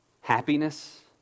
happiness